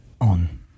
on